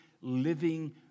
living